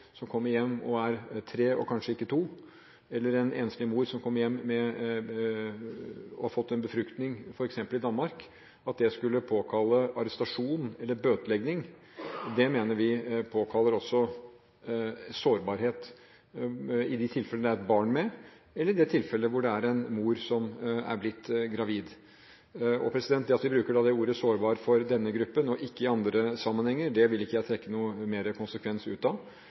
enslig mor som kommer hjem etter å ha fått befruktning f.eks. i Danmark – at det skulle påkalle arrestasjon eller bøtelegging ved ankomst Gardermoen, mener vi medfører sårbarhet i de tilfellene hvor det er et barn med, eller en mor som er blitt gravid. Det at vi bruker ordet «sårbar» for denne gruppen og ikke i andre sammenhenger, vil ikke jeg trekke noe mer konsekvens ut av,